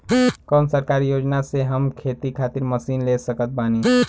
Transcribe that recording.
कौन सरकारी योजना से हम खेती खातिर मशीन ले सकत बानी?